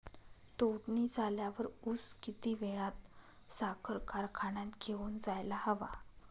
तोडणी झाल्यावर ऊस किती वेळात साखर कारखान्यात घेऊन जायला हवा?